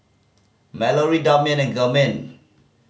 Mallorie Damion and Germaine